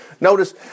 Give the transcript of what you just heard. Notice